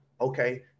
Okay